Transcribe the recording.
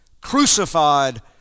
crucified